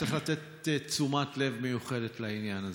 וצריך לתת תשומת לב מיוחדת לעניין הזה.